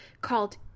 called